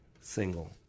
single